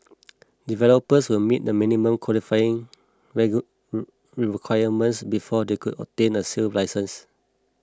developers will have to meet minimum qualifying requirements before they can obtain the sale licence